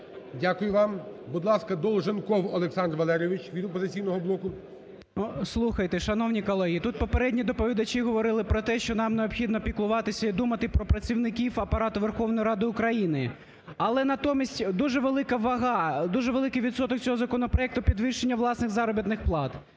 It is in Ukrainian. Дякую вам. Будь ласка, Долженков Олександр Валерійович від "Опозиційного блоку". 13:34:17 ДОЛЖЕНКОВ О.В. Слухайте, шановні колеги, тут попередні доповідачі говорили про те, що нам необхідно піклуватися і думати про працівників Апарату Верховної Ради України. Але натомість дуже велика вага, дуже великий відсоток цього законопроекту – підвищення власних заробітних плат.